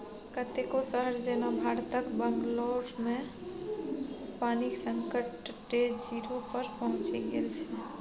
कतेको शहर जेना भारतक बंगलौरमे पानिक संकट डे जीरो पर पहुँचि गेल छै